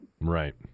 Right